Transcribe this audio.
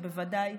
ובוודאי,